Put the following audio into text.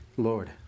Lord